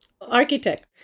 architect